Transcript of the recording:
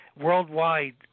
worldwide